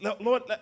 Lord